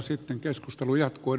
sitten keskustelu jatkuu